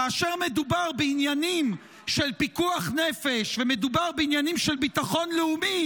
כאשר מדובר בעניינים של פיקוח נפש ומדובר בעניינים של ביטחון לאומי,